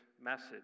message